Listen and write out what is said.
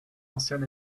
ancien